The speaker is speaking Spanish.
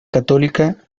católica